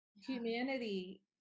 humanity